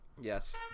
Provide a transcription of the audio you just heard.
Yes